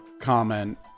comment